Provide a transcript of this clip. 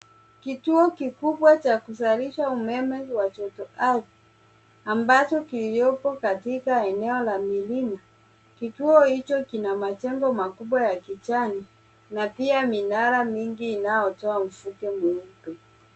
Kituo kikubwa cha kuzalisha umeme wa joto ardhi, ambacho kiliopo katika eneo la milima. Kituo hicho kina majengo makubwa ya kijani na pia minara mingi inayotoa mvuke mweupe.